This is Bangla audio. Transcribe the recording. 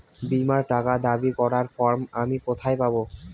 বীমার টাকা দাবি করার ফর্ম আমি কোথায় পাব?